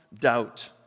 doubt